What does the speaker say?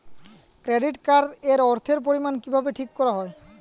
Credit card এর অর্থের পরিমান কিভাবে ঠিক করা হয়?